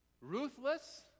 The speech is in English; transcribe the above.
ruthless